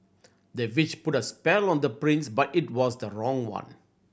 the witch put a spell on the prince but it was the wrong one